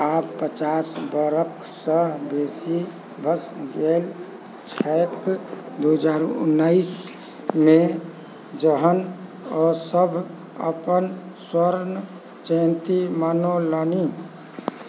आब पचास बरखसँ बेसी भऽ गेल छै दू हजार उनैसमे जहन ओसब अपन स्वर्ण जयन्ती मनौलनि